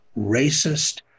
racist